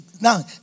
now